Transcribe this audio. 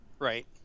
Right